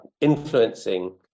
influencing